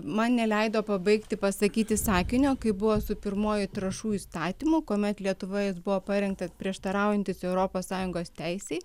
man neleido pabaigti pasakyti sakinio kaip buvo su pirmuoju trąšų įstatymu kuomet lietuvoje jis buvo parengtas prieštaraujantis europos sąjungos teisei